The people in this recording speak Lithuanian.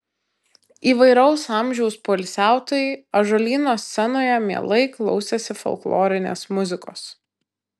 įvairaus amžiaus poilsiautojai ąžuolyno scenoje mielai klausėsi folklorinės muzikos